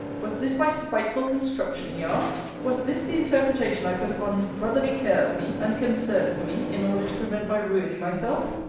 was this my spiteful construction? he asked was this the interpretation i put upon his brotherly care of me, and concern for me, in order to prevent my ruining myself?